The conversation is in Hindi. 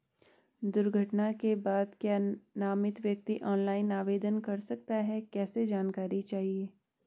दुर्घटना के बाद क्या नामित व्यक्ति ऑनलाइन आवेदन कर सकता है कैसे जानकारी चाहिए?